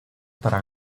para